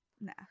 nah